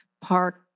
Park